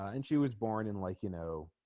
and she was born in like you know